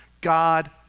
God